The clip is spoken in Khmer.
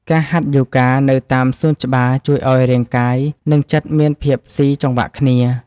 ការហាត់យូហ្គានៅតាមសួនច្បារ ជួយឱ្យរាងកាយ និងចិត្តមានភាពស៊ីចង្វាក់គ្នា។